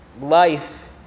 Life